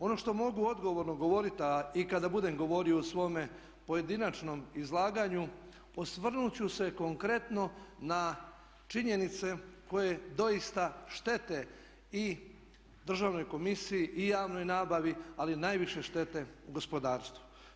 Ono što mogu odgovorno govoriti a i kada budem govorio u svome pojedinačnom izlaganju osvrnuti ću se konkretno na činjenice koje doista štete i državnoj komisiji i javnoj nabavi ali najviše štete gospodarstvu.